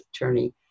attorney